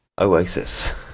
Oasis